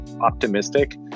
optimistic